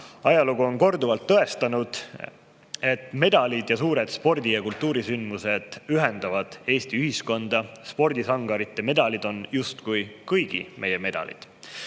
Ajalugu on korduvalt tõestanud, et medalid ja suured spordi- ja kultuurisündmused ühendavad Eesti ühiskonda. Spordisangarite medalid on justkui meie kõigi medalid.